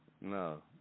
No